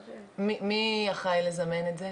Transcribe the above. מי אחראי לזמן את זה?